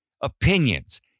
opinions